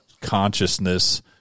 consciousness